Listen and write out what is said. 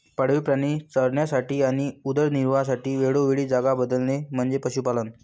पाळीव प्राणी चरण्यासाठी आणि उदरनिर्वाहासाठी वेळोवेळी जागा बदलणे म्हणजे पशुपालन